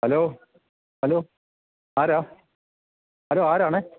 hello hello ആരാ hello ആരാണ്